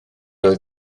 oedd